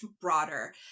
broader